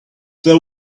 they